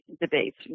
debates